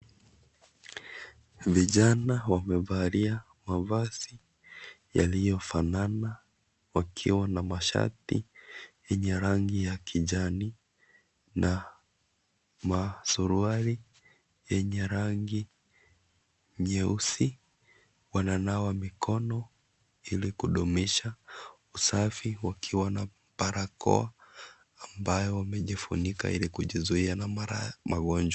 Vijana wamevalia mavazi yaliyo fanana wakiwa na mashati yenye rangi ya kijani na masuruali yenye rangi nyeusi. wana nawa mikono ili kudumisha usafi wakiwa na barakoa ambayo wamejifunikwa ili kujizuia na maradhi magonjwa.